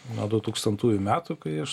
nuo dutūkstantųjų metų kai aš